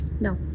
No